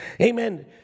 Amen